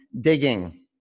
digging